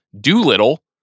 Doolittle